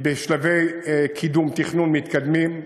היא בשלבי קידום ותכנון מתקדמים,